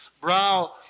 brow